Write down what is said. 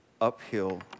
uphill